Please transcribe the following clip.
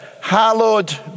hallowed